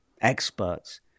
experts